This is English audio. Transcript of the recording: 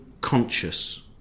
conscious